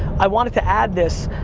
i wanted to add this,